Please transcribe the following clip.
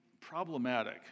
problematic